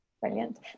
Brilliant